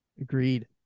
Agreed